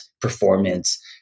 performance